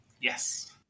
yes